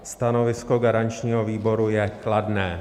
Stanovisko garančního výboru je kladné.